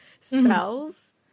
spells